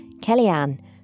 Kellyanne